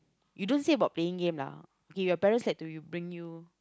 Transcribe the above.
you don't say about playing game lah okay your parents like to bring you